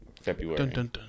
February